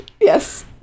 Yes